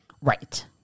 Right